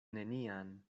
nenian